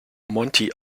monty